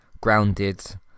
grounded